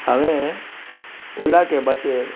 हांवें ओला कॅबाचेर